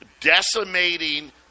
decimating